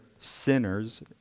sinners